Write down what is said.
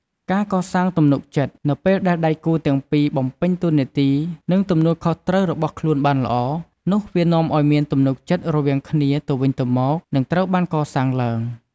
ការកសាងទំនុកចិត្ត នៅពេលដែលដៃគូទាំងពីរបំពេញតួនាទី និងទំនួលខុសត្រូវរបស់ខ្លួនបានល្អ នោះវានាំអោយមានទំនុកចិត្តរវាងគ្នាទៅវិញទៅមកនឹងត្រូវបានកសាងឡើង។